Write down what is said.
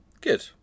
Good